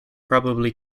probably